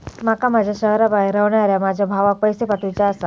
माका माझ्या शहराबाहेर रव्हनाऱ्या माझ्या भावाक पैसे पाठवुचे आसा